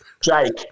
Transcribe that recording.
Jake